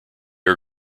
are